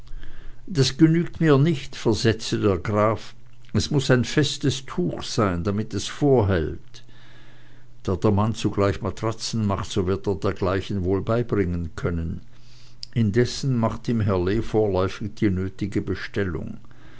das genügt mir nicht versetzte der graf es muß ein festes tuch sein damit es vorhält da der mann zugleich matratzen macht so wird er dergleichen wohl beibringen können indessen macht ihm herr lee vorläufig die nötige bestellung